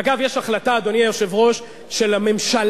אגב, יש החלטה, אדוני היושב-ראש, של הממשלה,